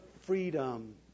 freedom